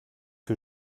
que